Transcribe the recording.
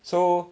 so